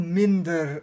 minder